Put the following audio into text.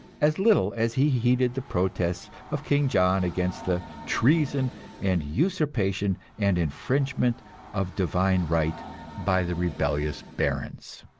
as little as he heeded the protests of king john against the treason and usurpation and infringement of divine right by the rebellious barons.